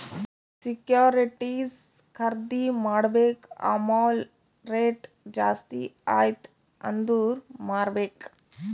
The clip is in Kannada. ಸೆಕ್ಯೂರಿಟಿಸ್ ಖರ್ದಿ ಮಾಡ್ಬೇಕ್ ಆಮ್ಯಾಲ್ ರೇಟ್ ಜಾಸ್ತಿ ಆಯ್ತ ಅಂದುರ್ ಮಾರ್ಬೆಕ್